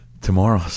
Tomorrow